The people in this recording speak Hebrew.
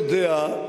אני לא יודע,